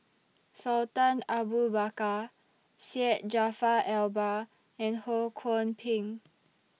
Sultan Abu Bakar Syed Jaafar Albar and Ho Kwon Ping